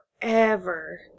forever